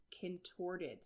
contorted